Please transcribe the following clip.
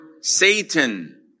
Satan